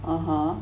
(uh huh)